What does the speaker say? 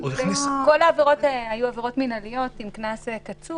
כל העברות האלה היו עברות מינהליות עם קנס קצוב,